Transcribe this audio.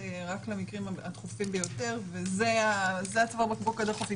רק למקרים הדחופים ביותר וזה צוואר הבקבוק הדחוף.